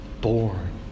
born